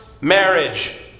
marriage